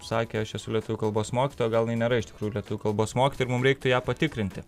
sakė aš esu lietuvių kalbos mokytoja gal ji nėra iš tikrųjų lietuvių kalbos mokytoja ir mum reiktų ją patikrinti